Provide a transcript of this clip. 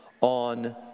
on